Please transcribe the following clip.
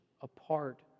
apart